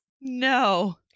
No